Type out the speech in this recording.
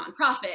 nonprofit